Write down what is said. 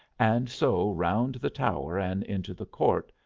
and so round the tower and into the court,